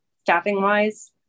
staffing-wise